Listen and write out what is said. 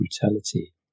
brutality